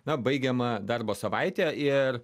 na baigiama darbo savaitė ir